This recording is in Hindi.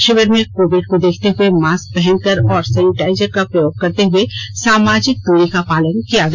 षिविर में कोविड को देखते हुए मास्क पहनकर और सैनिटाइजर का प्रयोग करते हुए सामाजिक दूरी का पालन किया गया